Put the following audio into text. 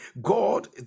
god